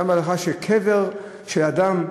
גם בהנחה שקבר שאדם,